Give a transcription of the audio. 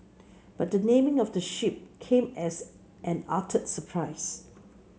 but the naming of the ship came as an utter surprise